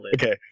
Okay